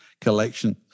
collection